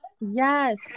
Yes